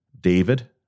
David